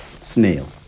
snail